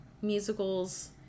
musicals